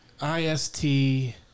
I-S-T